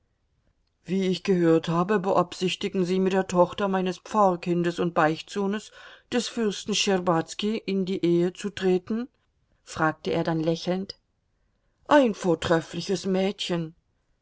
wie ich gehört habe beabsichtigen sie mit der tochter meines pfarrkindes und beichtsohnes des fürsten schtscherbazki in die ehe zu treten fragte er dann lächelnd ein vortreffliches mädchen